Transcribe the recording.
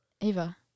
Ava